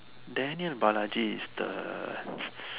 Daniel-Balaji is the